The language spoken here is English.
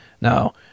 Now